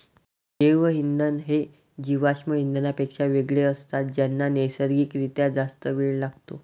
जैवइंधन हे जीवाश्म इंधनांपेक्षा वेगळे असतात ज्यांना नैसर्गिक रित्या जास्त वेळ लागतो